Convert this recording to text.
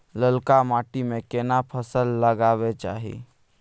ललका माटी में केना फसल लगाबै चाही?